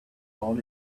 all